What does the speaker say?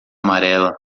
amarela